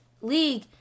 league